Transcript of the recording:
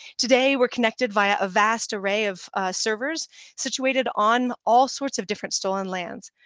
today, we're connected via a vast array of servers situated on all sorts of different stolen lands.